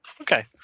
Okay